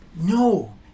No